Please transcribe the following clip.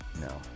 No